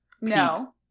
No